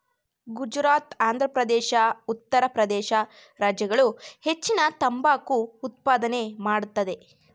ಗುಜರಾತ್, ಆಂಧ್ರಪ್ರದೇಶ, ಉತ್ತರ ಪ್ರದೇಶ ರಾಜ್ಯಗಳು ಹೆಚ್ಚಿನ ತಂಬಾಕು ಉತ್ಪಾದನೆ ಮಾಡತ್ತದೆ